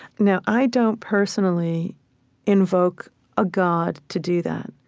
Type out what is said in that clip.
now, i don't personally invoke a god to do that,